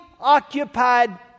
occupied